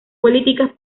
políticas